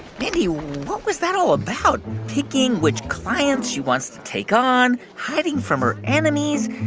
mindy, what was that all about? picking which clients she wants to take on? hiding from her enemies?